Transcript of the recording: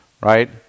right